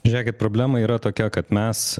žiūrėkit problema yra tokia kad mes